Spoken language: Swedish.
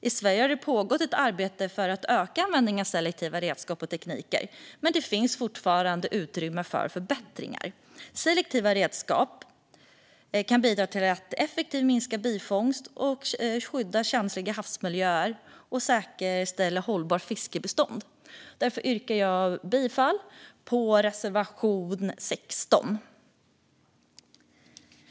I Sverige har arbete pågått för att öka användningen av selektiva redskap och tekniker, men det finns fortfarande utrymme för förbättring. Selektiva redskap kan bidra till att effektivt minska bifångst, skydda känsliga havsmiljöer och säkerställa hållbara fiskbestånd. Jag yrkar därför bifall till reservation 16.